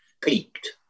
Peaked